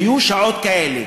היו שעות כאלה.